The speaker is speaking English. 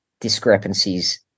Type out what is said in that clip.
discrepancies